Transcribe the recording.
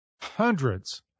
Hundreds